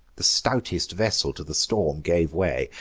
the stoutest vessel to the storm gave way,